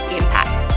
impact